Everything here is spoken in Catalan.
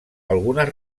algunes